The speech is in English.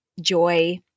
joy